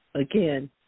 Again